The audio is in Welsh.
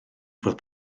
fodd